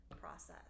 process